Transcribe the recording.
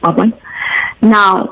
Now